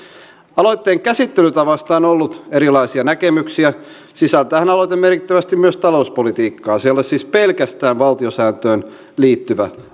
aloitteen käsittelytavasta on ollut erilaisia näkemyksiä sisältäähän aloite merkittävästi myös talouspolitiikkaa se ei ole siis pelkästään valtiosääntöön liittyvä